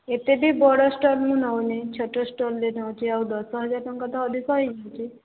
ଏତେ ବି ବଡ଼ ଷ୍ଟଲ୍ ମୁଁ ନେଉନି ଛୋଟ ଷ୍ଟଲ୍ଟେ ନେଉଛି ଆଉ ଦଶ ହଜାର ଟଙ୍କା ତ ଅଧିକ ହୋଇଯାଉଛି